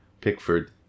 Pickford